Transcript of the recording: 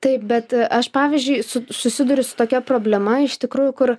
taip bet aš pavyzdžiui susiduriu su tokia problema iš tikrųjų kur